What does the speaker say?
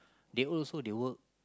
they old so they work